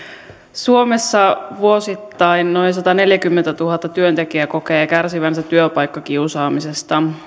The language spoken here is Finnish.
suomessa vuosittain noin sataneljäkymmentätuhatta työntekijää kokee kärsivänsä työpaikkakiusaamisesta